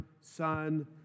Son